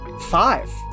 Five